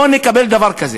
לא נקבל דבר כזה.